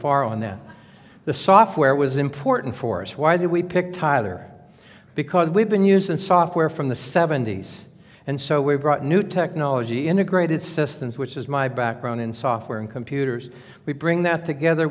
far on that the software was important for us why did we pick tither because we've been using software from the seventy's and so we've brought new technology integrated systems which is my background in software and computers we bring that together